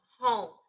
home